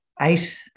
eight